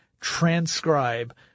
transcribe